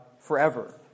forever